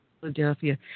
Philadelphia